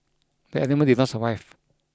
the animal did not survive